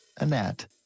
annette